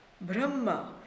Brahma